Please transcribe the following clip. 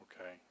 okay